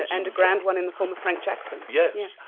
and a grand one in the form of frank jackson. yes.